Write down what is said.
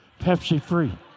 Pepsi-free